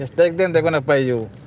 just take them, they're going to pay you.